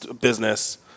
business